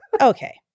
okay